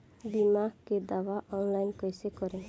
बीमा के दावा ऑनलाइन कैसे करेम?